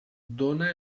dóna